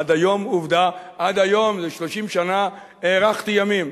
עד היום, עובדה, עד היום, זה 30 שנה, הארכתי ימים.